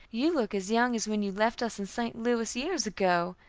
you look as young as when you left us in st. louis, years ago,